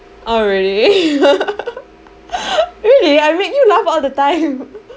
orh really really I make you laugh all the time